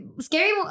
scary